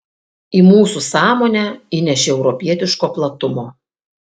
į mūsų sąmonę įnešė europietiško platumo